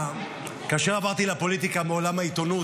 כאשר עברתי לפוליטיקה מעולם העיתונות,